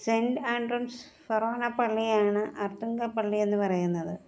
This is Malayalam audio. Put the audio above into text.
സെൻറ്റ് ആൻഡ്രൂസ് ഫെറോണ പള്ളിയാണ് ആർത്തുങ്കൽ പ്പള്ളി എന്ന് പറയുന്നത്